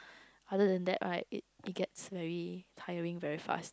other than that right it it gets very tiring very fast